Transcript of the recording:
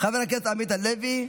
חבר הכנסת עמית הלוי,